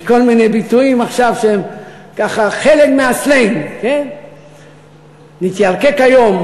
יש כל מיני ביטויים עכשיו שהם חלק מהסלנג: נתיירקק היום,